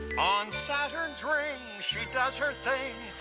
on saturn's rings she does her thing